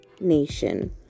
nation